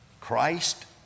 Christ